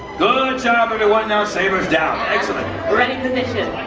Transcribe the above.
good job everyone, now sabers down, excellent. ready position,